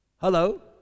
Hello